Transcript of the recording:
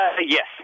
Yes